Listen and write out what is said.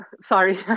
sorry